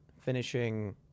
finishing